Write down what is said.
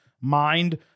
mind